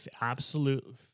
absolute